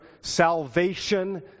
salvation